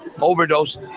overdose